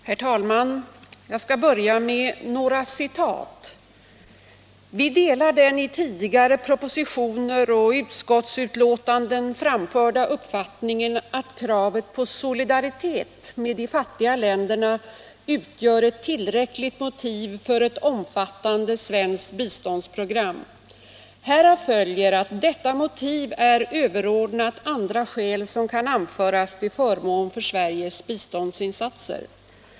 Herr talman! Jag skall börja med ett citat. ”Vi delar den i tidigare propositioner och utskottsutlåtanden framförda uppfattningen att kravet på solidaritet med de fattiga länderna utgör ett tillräckligt motiv för ett omfattande svenskt biståndsprogram. Härav följer att detta motiv är överordnat andra skäl som kan anföras till förmån för Sveriges biståndsinsatser.